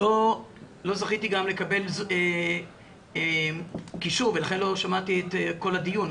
לא זכיתי גם לקבל קישור ולכן לא שמעתי את כל הדיון,